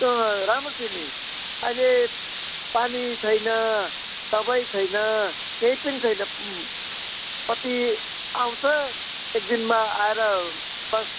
त्यो राम्रो थियो नि अहिले पानी छैन दबाई छैन केही पनि छैन कति आउँछ एकदिनमा आएर बस्